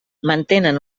mantenen